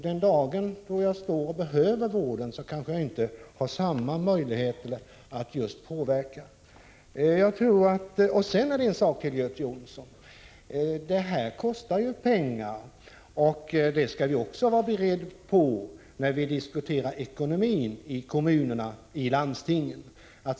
Den dagen då man behöver vård kanske man inte har samma möjlighet att påverka. Sedan vill jag ta upp en sak till, Göte Jonsson. Åldringsvården kostar pengar, och det skall vi ha klart för oss när vi diskuterar ekonomin i kommunerna och landstingen.